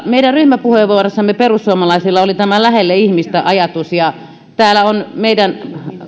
meidän ryhmäpuheenvuorossamme perussuomalaisilla oli tämä lähelle ihmistä ajatus ja täällä on meidän